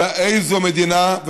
אלא איזו מדינה,